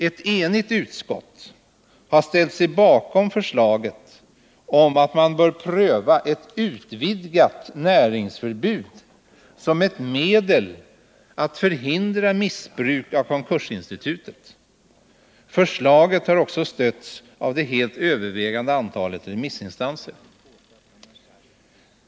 Ett enigt utskott har ställt sig bakom förslaget om att man bör pröva ett utvidgat näringsförbud som ett medel att förhindra missbruk av konkursinstitutet. Förslaget har också stötts av det helt övervägande antalet remissinstanser.